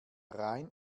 rhein